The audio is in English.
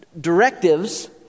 directives